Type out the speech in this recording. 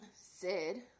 Sid